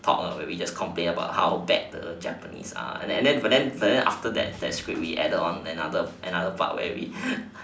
talk where we just complain about how bad the japanese are and then but then but then in our script we added another part where we